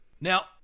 Now